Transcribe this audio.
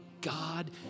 God